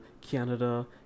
Canada